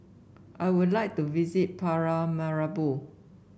I would like to visit Paramaribo